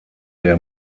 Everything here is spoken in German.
der